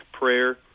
prayer